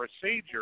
procedure